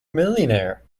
millionaire